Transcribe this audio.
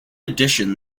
edition